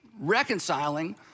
reconciling